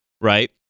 Right